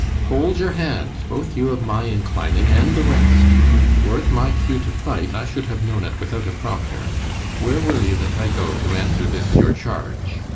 hold your hands, both you of my inclining and the rest were it my cue to fight, i should have known it without a prompter where will you that i go to answer this your charge?